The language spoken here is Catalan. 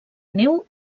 neu